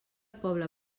poble